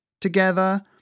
Together